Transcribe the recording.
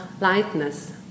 lightness